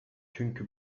çünkü